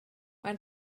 maen